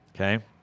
Okay